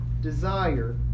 desire